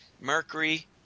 mercury